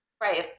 right